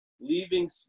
leaving